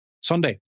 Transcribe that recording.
Sunday